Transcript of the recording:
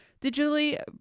Digitally